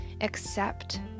accept